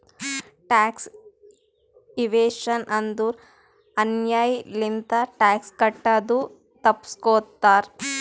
tax evasion ಅಂದುರ್ ಅನ್ಯಾಯ್ ಲಿಂತ ಟ್ಯಾಕ್ಸ್ ಕಟ್ಟದು ತಪ್ಪಸ್ಗೋತಾರ್